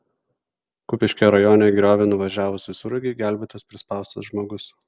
kupiškio rajone į griovį nuvažiavus visureigiui gelbėtas prispaustas žmogus